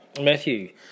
Matthew